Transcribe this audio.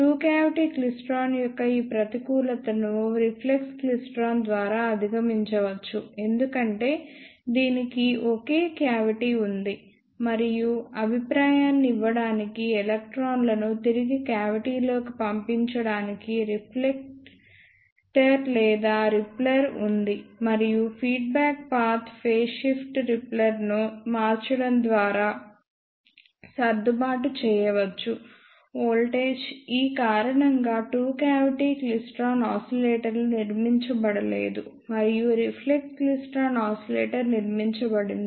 two cavity klystron యొక్క ఈ ప్రతికూలతను రిఫ్లెక్స్ క్లైస్ట్రాన్ ద్వారా అధిగమించవచ్చు ఎందుకంటే దీనికి ఒకే క్యావిటీ ఉంది మరియు అభిప్రాయాన్ని ఇవ్వడానికి ఎలక్ట్రాన్లను తిరిగి క్యావిటీ లోకి పంపించడానికి రిఫ్లెక్టర్ లేదా రిపెల్లర్ ఉంది మరియు ఫీడ్బ్యాక్ పాత్ ఫేజ్ షిఫ్ట్ రిపెల్లర్ను మార్చడం ద్వారా సర్దుబాటు చేయవచ్చు వోల్టేజ్ ఈ కారణంగా టూ క్యావిటీ క్లైస్ట్రాన్ ఆసిలేటర్లు నిర్మించబడలేదు మరియు రిఫ్లెక్స్ క్లైస్ట్రాన్ ఆసిలేటర్ నిర్మించబడింది